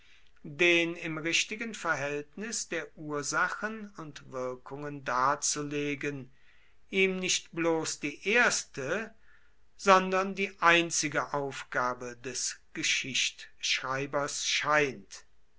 den im richtigen verhältnis der ursachen und wirkungen darzulegen ihm nicht bloß die erste sondern die einzige aufgabe des geschichtschreibers scheint